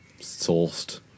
sourced